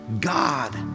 God